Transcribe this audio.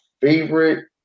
favorite